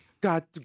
God